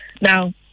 Now